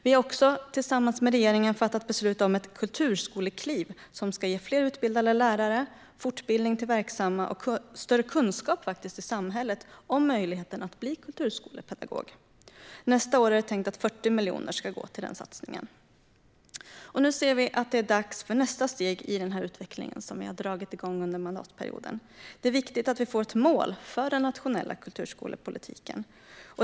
Vi har också tillsammans med regeringen fattat beslut om ett kulturskolekliv som ska ge fler utbildade lärare, fortbildning till verksamma och större kunskap i samhället om möjligheten att bli kulturskolepedagog. Nästa år är det tänkt att 40 miljoner ska gå till den satsningen. Nu ser vi att det är dags för nästa steg i den här utvecklingen som vi har dragit igång under mandatperioden. Det är viktigt att vi får ett mål för den nationella kulturskolepolitiken.